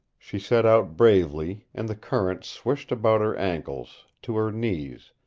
she set out bravely, and the current swished about her ankles, to her knees,